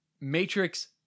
Matrix